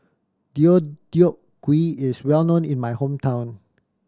Deodeok Gui is well known in my hometown